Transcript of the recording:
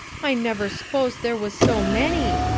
i never s'posed there was so many.